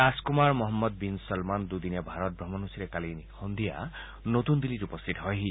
ৰাজকুমাৰ Mohammed bin চলমান দুদিনীয়া ভাৰত ভ্ৰমণসুচীৰে কালি সন্ধিযা নতুন দিল্লীত উপস্থিত হয়হি